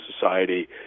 society